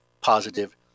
positive